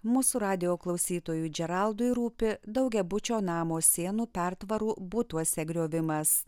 mūsų radijo klausytojui džeraldui rūpi daugiabučio namo sienų pertvarų butuose griovimas